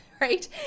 Right